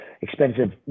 expensive